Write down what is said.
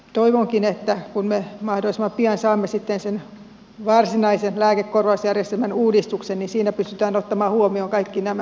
toivonkin että kun me mahdollisimman pian saamme sitten sen varsinaisen lääkekorvausjärjestelmän uudistuksen niin siinä pystytään ottamaan huomioon kaikki nämä nykyiset ongelmat